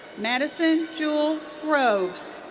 madison jewel groves.